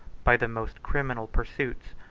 by the most criminal pursuits,